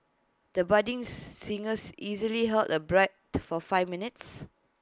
the budding singers easily held the breath for five minutes